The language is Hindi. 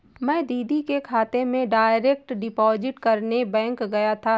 मैं दीदी के खाते में डायरेक्ट डिपॉजिट करने बैंक गया था